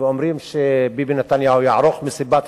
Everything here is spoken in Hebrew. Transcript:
ואומר שביבי נתניהו יערוך מסיבת